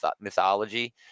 mythology